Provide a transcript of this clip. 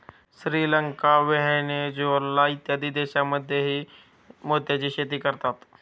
Sri Lanka, Venezuela इत्यादी देशांमध्येही मोत्याची शेती करतात